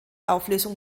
auflösung